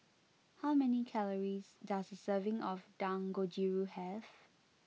how many calories does a serving of Dangojiru have